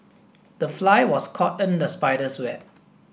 the fly was caught in the spider's web